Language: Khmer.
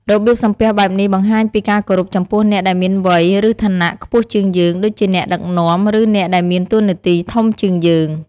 របៀបសំពះបែបនេះ បង្ហាញពីការគោរពចំពោះអ្នកដែលមានវ័យ ឬឋានៈខ្ពស់ជាងយើង ដូចជាអ្នកដឹកនាំ ឬអ្នកដែលមានតួនាទីធំជាងយើង។